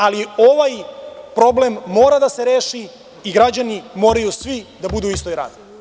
Ali, ovaj problem mora da se reši i građani moraju svi da budu u istoj ravni.